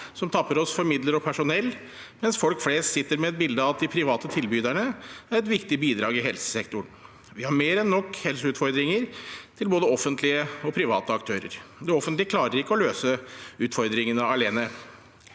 som tapper oss for midler og personell, mens folk flest sitter med et bilde av at de private tilbyderne er et viktig bidrag i helsesektoren. Vi har mer enn nok helseutfordringer hos både offentlige og private aktører, og det offentlige klarer ikke å løse utfordringene alene.